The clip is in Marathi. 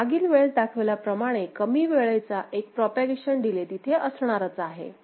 पण मागील वेळेस दाखविल्या प्रमाणे कमी वेळेचा एक प्रोपागेशन डीले तिथे असणारच आहे